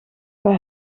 bij